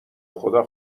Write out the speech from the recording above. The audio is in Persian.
خدا